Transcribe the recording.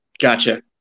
Gotcha